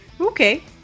Okay